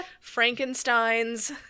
Frankenstein's